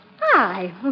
Hi